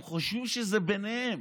הם חושבים שזה ביניהם,